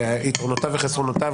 יתרונותיו וחסרונותיו,